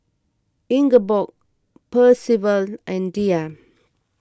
Ingeborg Percival and Diya